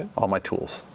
all my tools.